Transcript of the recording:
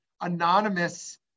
anonymous